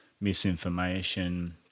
misinformation